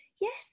yes